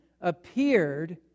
appeared